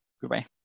Goodbye